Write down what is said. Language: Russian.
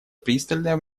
пристальное